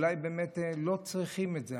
אולי באמת לא צריכים את זה?